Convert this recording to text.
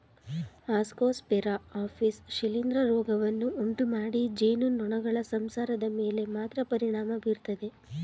Ascosphaera apis ಶಿಲೀಂಧ್ರ ರೋಗವನ್ನು ಉಂಟುಮಾಡಿ ಜೇನುನೊಣಗಳ ಸಂಸಾರದ ಮೇಲೆ ಮಾತ್ರ ಪರಿಣಾಮ ಬೀರ್ತದೆ